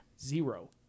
Zero